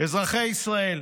"אזרחי ישראל,